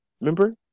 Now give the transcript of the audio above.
remember